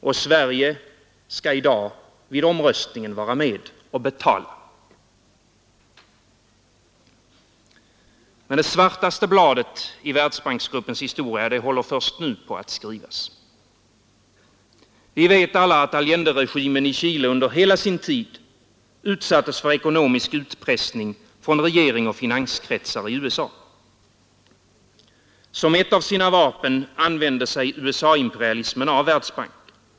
Och Sverige skall i dag vid omröstningen vara med och betala. Men det svartaste bladet i Världsbanksgruppens historia håller först nu på att skrivas. Vi vet alla att Allenderegimen i Chile under hela sin tid utsattes för ekonomisk utpressning från regering och finanskretsar i USA. Som ett av sina vapen använder sig USA-imperialismen av Världsbanken.